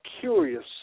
curious